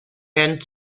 werden